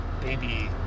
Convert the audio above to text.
baby